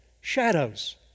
shadows